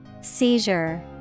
Seizure